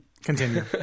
Continue